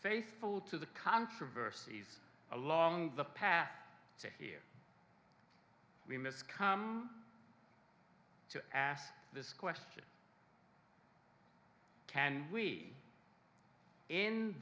faithful to the controversies along the path to here we miss come to ask this question can we in